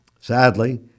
Sadly